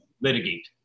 litigate